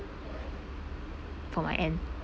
from my end